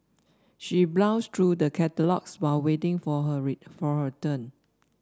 she browsed through the catalogues while waiting for her for her turn